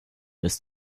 ist